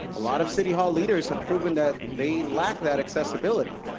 a lot of city hall leaders have proven that they lack that accessibility.